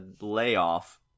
layoff